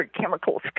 chemicals